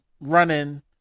Running